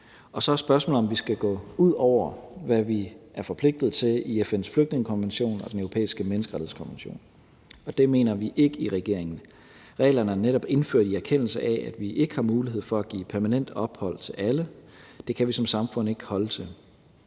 Og så er spørgsmålet, om vi skal gå ud over, hvad vi er forpligtet til i FN's flygtningekonvention og Den Europæiske Menneskerettighedskonvention, og det mener vi i regeringen ikke at vi skal. Reglerne er netop indført, i erkendelse af at vi ikke har mulighed for at give permanent ophold til alle – det kan vi som samfund ikke holde til.